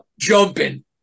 jumping